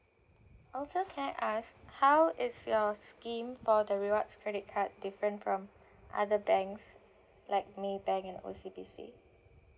also can I ask how is your scheme for the rewards credit card different from other banks like Maybank and O_C_B_C